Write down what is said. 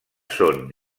són